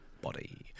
body